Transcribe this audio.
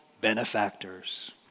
benefactors